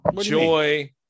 joy